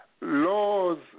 Laws